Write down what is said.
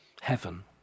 heaven